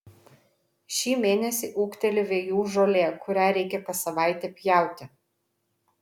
šį mėnesį ūgteli vejų žolė kurią reikia kas savaitę pjauti